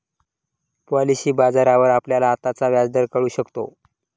policy बाजारावर आपल्याला आत्ताचा व्याजदर कळू शकतो